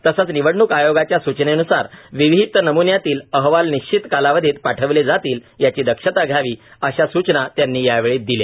तसेच निवडणूक आयोगाच्या सूचनेन्सार विहित नम्न्यातील अहवाल निश्चित कालावधीत पाठविले जातील याची दक्षता घ्यावी अशा सूचना त्यांनी यावेळी दिल्या